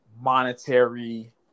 monetary